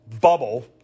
bubble